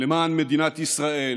למען מדינת ישראל